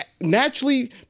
naturally